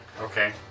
Okay